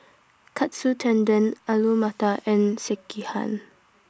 Katsu Tendon Alu Matar and Sekihan